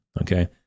Okay